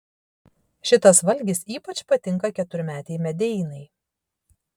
šitas valgis ypač patinka keturmetei medeinai